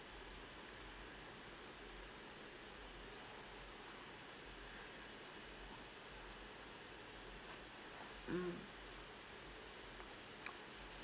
mm